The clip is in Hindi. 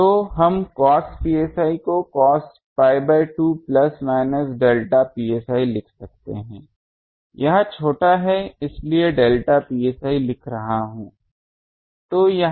तो हम cos psi को cos pi by 2 plus minus delta psi लिख सकते हैं यह छोटा है इसलिए डेल्टा psi लिख रहा हूँ